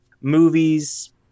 movies